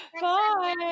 Bye